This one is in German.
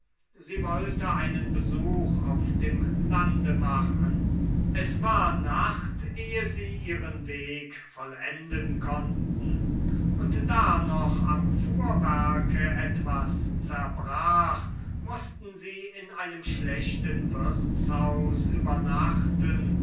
sie wollte einen besuch auf dem lande machen es war nacht ehe sie ihren weg vollenden konnten und da noch am fuhrwerke etwas zerbrach mußten sie in einem schlechten wirtshaus übernachten